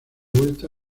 vuelta